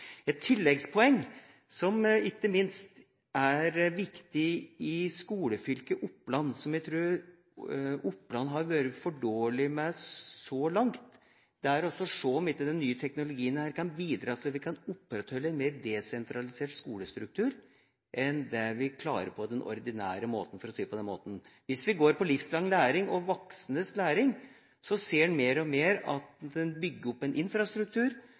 Et tilleggspoeng som ikke minst er viktig i skolefylket Oppland – og jeg tror Oppland har vært for dårlig på det området så langt – er å se på om ikke den nye teknologien kan bidra til at vi kan opprettholde en mer desentralisert skolestruktur enn det vi klarer på den ordinære måten, for å si det slik. Hvis vi ser på livslang læring og voksnes læring, ser en mer og mer at en bygger opp en infrastruktur